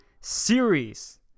Series